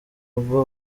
rugo